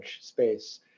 space